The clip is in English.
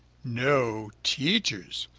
no teachers,